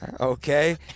okay